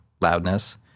loudness